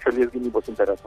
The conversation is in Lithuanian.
šalies gynybos interesams